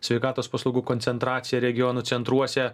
sveikatos paslaugų koncentracija regionų centruose